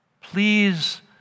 Please